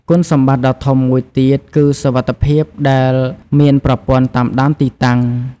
គុណសម្បត្តិដ៏ធំមួយទៀតគឺសុវត្ថិភាពដែលមានប្រព័ន្ធតាមដានទីតាំង។